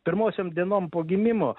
pirmosiom dienom po gimimo